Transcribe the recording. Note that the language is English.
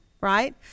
right